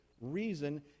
reason